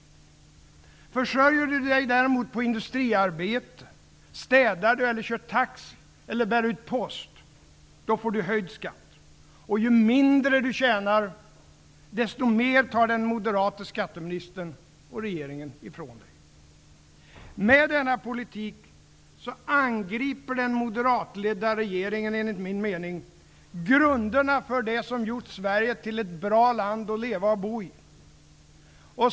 Försörjer du dig däremot på industriarbete, på att städa, köra taxi eller bära ut post, då får du höjd skatt. Ju mindre du tjänar, desto mer tar den moderate skatteministern och regeringen ifrån dig. Med denna politik angriper den moderatledda regeringen, enligt min mening, grunderna för det som gjort Sverige till ett bra land att leva och bo i.